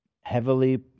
heavily